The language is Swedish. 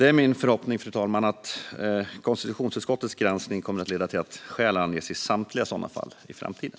Det är min förhoppning att konstitutionsutskottets granskning kommer att leda till att skäl anges i samtliga sådana fall i framtiden.